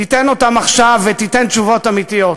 תיתן אותן עכשיו ותיתן תשובות אמיתיות.